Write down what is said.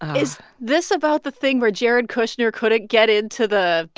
is this about the thing where jared kushner couldn't get into the.